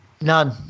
None